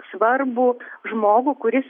svarbų žmogų kuris